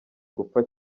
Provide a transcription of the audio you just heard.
gupfa